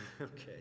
Okay